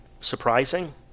surprising